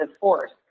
force